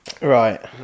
Right